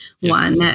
one